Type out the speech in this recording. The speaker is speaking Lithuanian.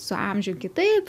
su amžium kitaip